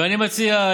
ואני מציע,